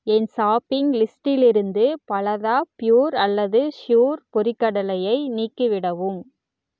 என் shopping லிஸ்டிலிருந்து பலதா pure அல்லது ஷுர் பொரிகடலையை நீக்கிவிடவும்